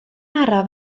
araf